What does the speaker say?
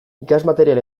ikasmaterial